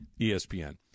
ESPN